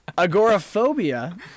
Agoraphobia